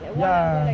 ya